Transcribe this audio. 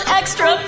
extra